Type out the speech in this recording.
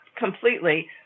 completely